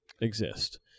exist